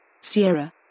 Sierra